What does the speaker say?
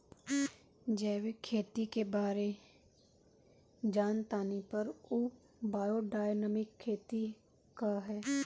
जैविक खेती के बारे जान तानी पर उ बायोडायनमिक खेती का ह?